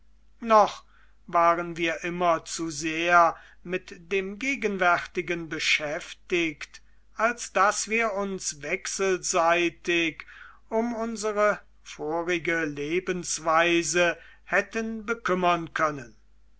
noch waren wir immer zu sehr mit dem gegenwärtigen beschäftigt als daß wir uns wechselseitig um unsere vorige lebensweise hätten bekümmern können